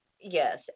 Yes